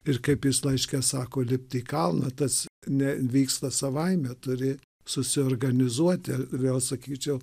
ir kaip jis laiške sako lipt į kalną tas nevyksta savaime turi susiorganizuoti vėl sakyčiau